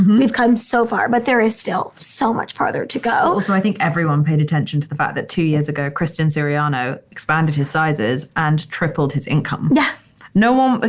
we've come so far, but there is still so much farther to go so i think everyone paid attention to the fact that two years ago, christian siriano expanded his sizes and tripled his income yeah no one, but